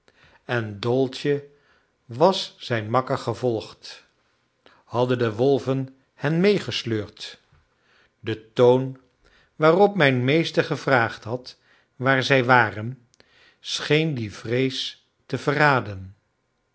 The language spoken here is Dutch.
en dolce was zijn makker gevolgd hadden de wolven hen meegesleurd de toon waarop mijn meester gevraagd had waar zij waren scheen die vrees te verraden